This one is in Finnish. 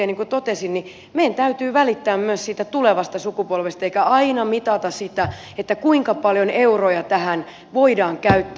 niin kuin totesin meidän täytyy välittää myös siitä tulevasta sukupolvesta eikä aina mitata sitä kuinka paljon euroja tähän voidaan käyttää